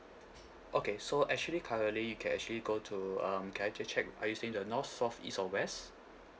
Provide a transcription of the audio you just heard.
okay so actually currently you can actually go to um can I just check are you staying in the north south east or west